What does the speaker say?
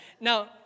Now